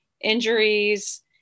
injuries